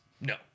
No